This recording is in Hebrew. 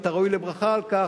ואתה ראוי לברכה על כך,